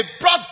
brought